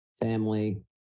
family